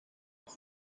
aba